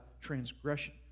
transgression